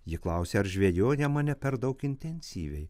ji klausė ar žvejojama ne per daug intensyviai